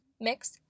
Mix